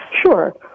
Sure